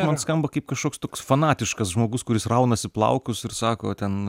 man skamba kaip kažkoks toks fanatiškas žmogus kuris raunasi plaukus ir sako ten